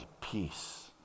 peace